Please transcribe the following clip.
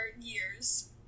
years